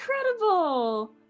incredible